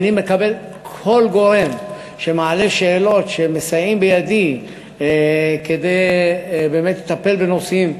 אני מקבל כל גורם שמעלה שאלות שמסייעות בידי לטפל בנושאים,